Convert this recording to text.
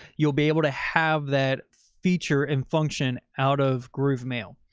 you'll be able to have that feature and function out of groovemail.